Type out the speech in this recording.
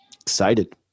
excited